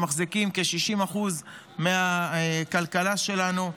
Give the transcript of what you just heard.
שמחזיקים כ-60% מהכלכלה שלנו.